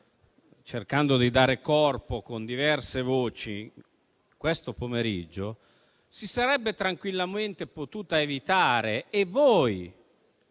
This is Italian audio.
cercando di dare corpo con diverse voci questo pomeriggio si sarebbe tranquillamente potuta evitare e voi